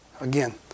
again